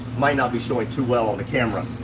might not be showing too well on the camera.